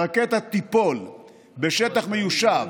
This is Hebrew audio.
שהרקטה תיפול בשטח מיושב